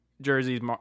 jerseys